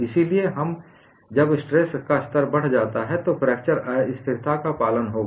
इसलिए जब स्ट्रेस का स्तर बढ़ जाता है तो फ्रैक्चर अस्थिरता का पालन होगा